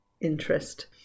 interest